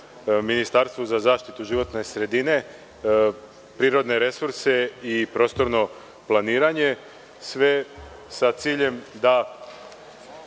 ministarstvu za zaštitu životne sredine, prirodne resurse i prostorno planiranje, sve sa ciljem da